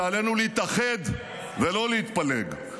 שעלינו להתאחד ולא להתפלג,